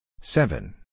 seven